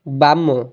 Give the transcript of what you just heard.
ବାମ